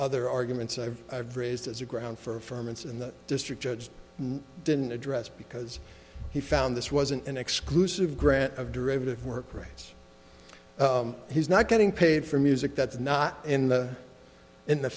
other arguments i've i've raised as a ground for months in the district judge didn't address because he found this wasn't an exclusive grant of derivative work rights he's not getting paid for music that's not in the in the